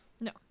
No